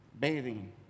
bathing